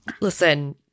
listen